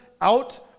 out